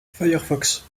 firefox